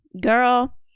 girl